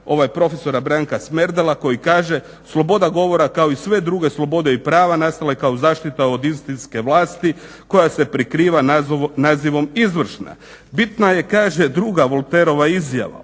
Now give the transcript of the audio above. ovaj prof. Branka Smerdela koji kaže: "Sloboda govora kao i sve druge slobode i prava nastala je kao zaštita od istinske vlasti koja se prikriva nazivom izvršna". Bitno je, kaže druga Voltaireova izjava,